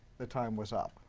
the time was up.